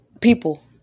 people